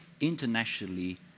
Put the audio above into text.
internationally